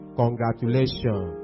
congratulations